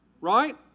Right